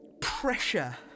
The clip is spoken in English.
pressure